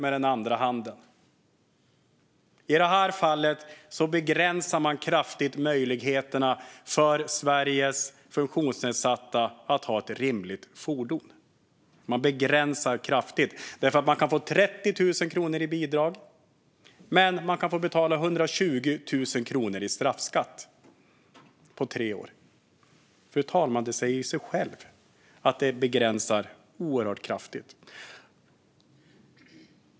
I det här fallet begränsar man kraftigt möjligheterna för Sveriges funktionsnedsatta att ha ett rimligt fordon. Man begränsar det kraftigt, för de kan få 30 000 kronor i bidrag men få betala 120 000 kronor i straffskatt på tre år. Det säger sig självt, fru talman, att det begränsar oerhört kraftigt.